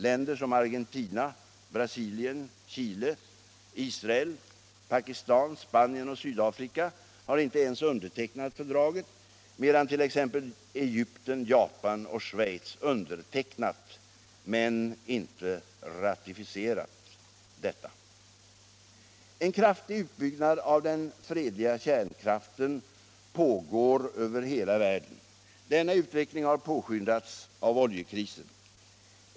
Länder som Argentina, Brasilien, Chile, Israel, Pakistan, Spanien och Sydafrika har inte ens undertecknat fördraget, medan t.ex. Egypten, Japan och Schweiz undertecknat men inte ratificerat detta. En kraftig utbyggnad av den fredliga kärnkraften pågår över hela världen. Denna utveckling har påskyndats av oljekrisen.